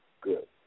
good